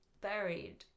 Buried